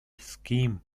scheme